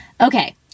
Okay